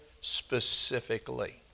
specifically